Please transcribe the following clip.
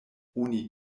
oni